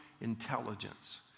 intelligence